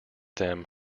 them